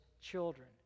children